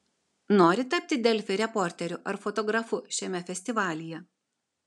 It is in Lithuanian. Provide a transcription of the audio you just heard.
nori tapti delfi reporteriu ar fotografu šiame festivalyje